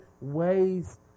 Ways